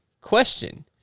question